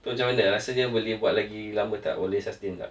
so macam mana rasanya boleh buat lagi lama tak boleh sustain tak